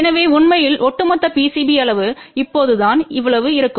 எனவே உண்மையில் ஒட்டுமொத்த PCB அளவு இப்போதுதான் இவ்வளவு இருக்கும்